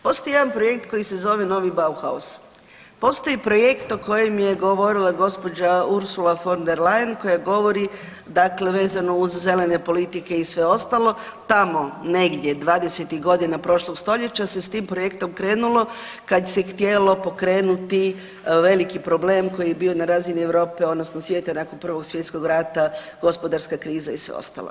Postoji jedan projekt koji se zove novi bauhaus, postoji projekt o kojem je govorila gospođa Ursula von der Leyen, koja govori, dakle vezano uz zelene politike i sve ostalo, tamo negdje, 20-tih godina prošlog stoljeća se s tim projektom krenulo, kad se htjelo pokrenuti veliki problem koji je bio na razini Europe, odnosno svijeta nakon Prvog svjetskog rata, gospodarska kriza i sve ostalo.